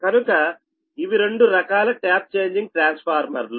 కనుక ఇవి రెండు రకాల ట్యాప్ చేంజింగ్ ట్రాన్స్ఫార్మర్లు